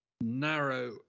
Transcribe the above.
narrow